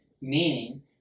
meaning